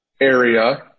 area